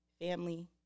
family